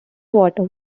water